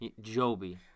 Joby